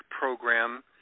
program